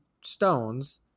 stones